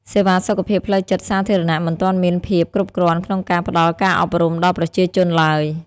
សេវាសុខភាពផ្លូវចិត្តសាធារណៈមិនទាន់មានភាពគ្រប់គ្រាន់ក្នុងការផ្តល់ការអប់រំដល់ប្រជាជនឡើយ។